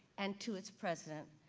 and to its president,